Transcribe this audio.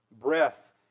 breath